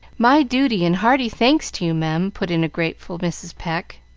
my duty and hearty thanks to you, mem, put in grateful mrs. pecq,